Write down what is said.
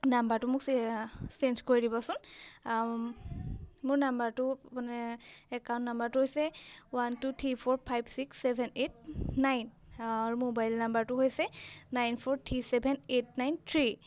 নাম্বাৰটো মোক চেঞ্জ কৰি দিবচোন মোৰ নাম্বাৰটো মানে একাউণ্ট নাম্বাৰটো হৈছে one two three four five six seven eight nine আৰু মোবাইল নাম্বাৰটো হৈছে nine four three seven eight nine three